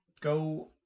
Go